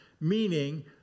meaning